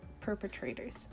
perpetrators